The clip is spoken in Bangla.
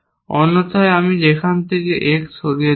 অন্যথায় আমি সেখান থেকে X সরিয়ে দেব